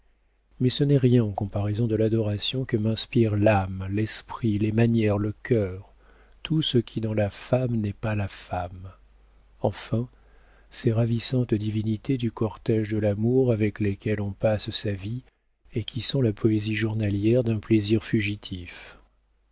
mais ce n'est rien en comparaison de l'adoration que m'inspirent l'âme l'esprit les manières le cœur tout ce qui dans la femme n'est pas la femme enfin ces ravissantes divinités du cortége de l'amour avec lesquelles on passe sa vie et qui sont la poésie journalière d'un plaisir fugitif